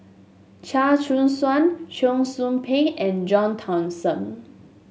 Chia Choo Suan Cheong Soo Pieng and John Thomson